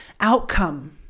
outcome